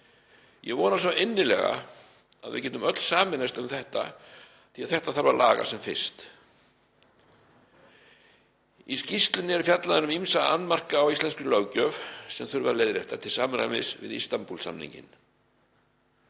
Ég vona svo innilega að við getum öll sameinast um þetta því að þetta þarf að laga sem fyrst. Í skýrslunni er fjallað um ýmsa annmarka á íslenskri löggjöf sem þurfi að leiðrétta til samræmis við Istanbúl-samninginn.